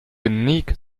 unique